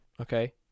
Okay